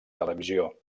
televisió